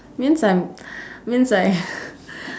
means I'm means I